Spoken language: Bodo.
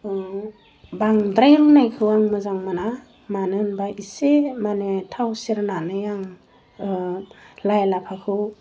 बांद्राय रुनायखौ आं मोजां मोना मानो होनबा एसे रुनानै थाव सेरनानै आं लाइ लाफाखौ